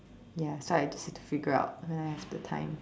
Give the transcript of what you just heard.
ya so I have to figure out when I have the time